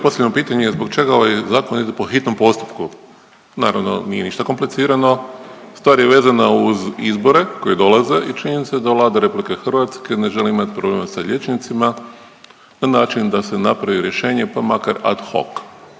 Bilo je postavljeno pitanje zbog čega ovaj zakon ide po hitnom postupku. Naravno nije ništa komplicirano, stvar je vezana uz izbore koji dolaze i činjenice da Vlada RH ne želi imat problem sa liječnicima na način da se napravi rješenje, pa makar ad hoc.